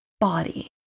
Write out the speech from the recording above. body